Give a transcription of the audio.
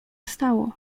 stało